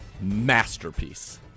masterpiece